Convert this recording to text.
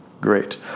Great